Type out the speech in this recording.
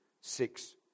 six